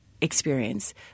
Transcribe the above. experience